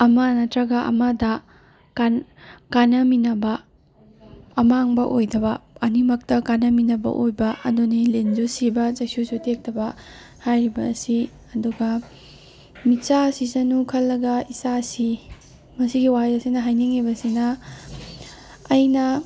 ꯑꯃ ꯅꯇ꯭ꯔꯒ ꯑꯃꯗ ꯀꯥꯟ ꯀꯥꯟꯅꯃꯤꯅꯕ ꯑꯃꯥꯡꯕ ꯑꯣꯏꯗꯕ ꯑꯅꯤꯃꯛꯇ ꯀꯥꯟꯅꯃꯤꯅꯕ ꯑꯣꯏꯕ ꯑꯗꯨꯅꯤ ꯂꯤꯟꯁꯨ ꯁꯤꯕ ꯆꯩꯁꯨꯁꯨ ꯇꯦꯛꯇꯕ ꯍꯥꯏꯔꯤꯕ ꯑꯁꯤ ꯑꯗꯨꯒ ꯃꯤꯆꯥ ꯁꯤꯁꯅꯨ ꯈꯜꯂꯒ ꯏꯆꯥ ꯁꯤ ꯃꯁꯤꯒꯤ ꯋꯥꯍꯩꯁꯤꯅ ꯍꯥꯏꯅꯤꯡꯉꯤꯕꯁꯤꯅ ꯑꯩꯅ